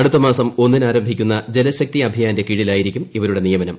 അടുത്തമാസം ഒന്നിന് ആരംഭിക്കുന്ന ജലശക്തി അഭിയ്യാന്റെ കീഴിലായിരിക്കും ഇവരുടെ നിയമനം